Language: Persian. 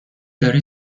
داره